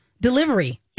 delivery